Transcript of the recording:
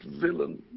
villain